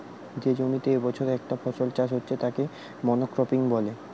যে জমিতে বছরে একটা ফসল চাষ হচ্ছে তাকে মনোক্রপিং বলে